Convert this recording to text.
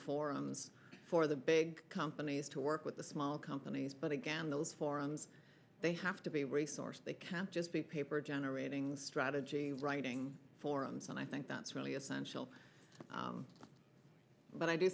forums for the big companies to work with the small companies but again those forums they have to be resourced they can't just be paper generating strategy writing forums and i think that's really essential but i do